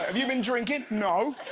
and you been drinking? no.